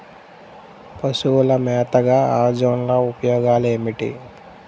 పశువుల మేతగా అజొల్ల ఉపయోగాలు ఏమిటి?